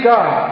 God